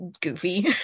goofy